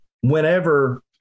whenever